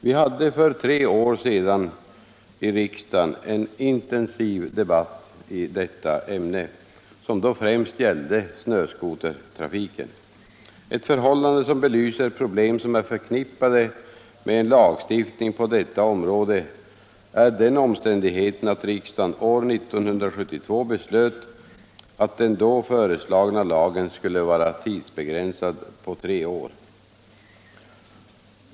Vi hade för tre år sedan i riksdagen en intensiv debatt i detta ämne, som då främst gällde snöskotertrafiken. Ett förhållande som belyser problem som är förknippade med en lagstiftning på detta område är den omständigheten att riksdagen år 1972 beslöt att den då föreslagna lagen skulle vara tidsbegränsad på tre år.